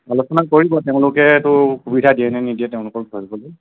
আলোচনা কৰিব তেওঁলোকেটো সুবিধা দিয়ে নে নিদিয়ে তেওঁলোকক ভাবিবলৈ